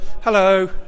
hello